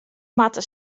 moatte